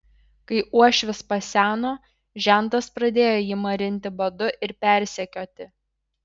kai uošvis paseno žentas pradėjo jį marinti badu ir persekioti